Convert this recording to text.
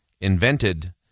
invented